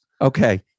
Okay